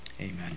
amen